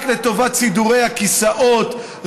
רק לטובת סידורי הכיסאות,